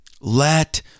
Let